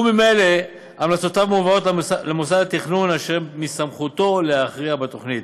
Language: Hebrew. וממילא המלצותיו מועברות למוסד התכנון אשר מסמכותו להכריע בתוכנית.